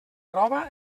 roba